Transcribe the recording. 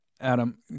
Adam